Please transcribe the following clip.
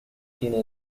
tiene